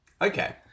Okay